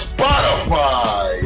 Spotify